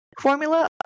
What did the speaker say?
formula